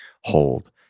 hold